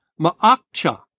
Ma'akcha